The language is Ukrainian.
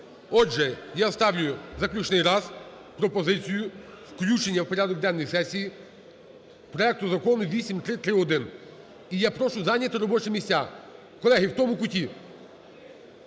Отже, я ставлю заключний раз пропозицію включення в порядок денний сесії проекту Закону 8331. І я прошу зайняти робочі місця. Колеги в тому куті,